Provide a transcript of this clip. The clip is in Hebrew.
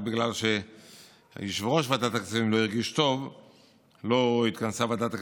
ורק בגלל שיושב-ראש ועדת הכספים לא הרגיש טוב לא התכנסה ועדת הכספים,